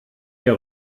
der